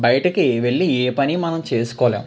బయటకి వెళ్ళి ఏ పని మనం చేసుకోలేం